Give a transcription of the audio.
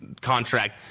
contract